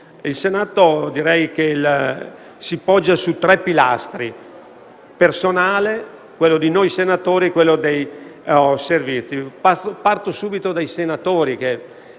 Il Senato si poggia su tre pilastri: il personale, quello di noi senatori e quello dei servizi. Parto da subito dai senatori che,